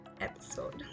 episode